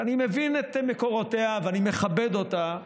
שאני מבין את מקורותיה ואני מכבד אותה,